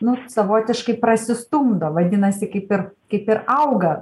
nu savotiškai prasistumdo vadinasi kaip ir kaip ir auga